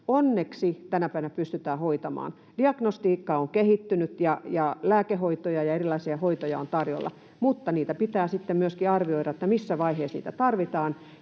onneksi tänä päivänä pystytään hoitamaan. Diagnostiikka on kehittynyt, ja lääkehoitoja ja erilaisia hoitoja on tarjolla. Mutta niitä pitää sitten myöskin arvioida, missä vaiheessa niitä tarvitaan,